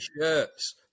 shirts